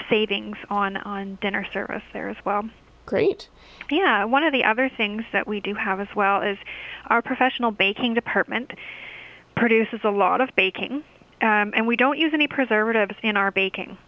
savings on on dinner service there is well great yeah one of the other things that we do have as well as our professional baking department produces a lot of baking and we don't use any preservatives in our baking